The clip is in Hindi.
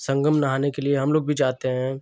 संगम नहाने के लिए हम लोग भी जाते हैं